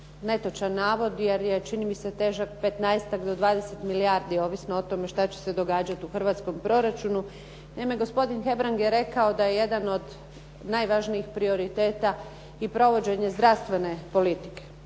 netočan navod, jer je čini mi se težak petnaestak do dvadeset milijardi ovisno o tome što će se događati u hrvatskom proračunu. Naime, gospodin Hebrang je rekao da je jedan od najvažnijih prioriteta i provođenje zdravstvene politike.